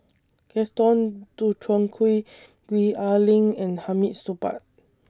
Gaston Dutronquoy Gwee Ah Leng and Hamid Supaat